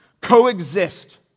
coexist